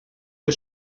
que